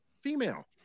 female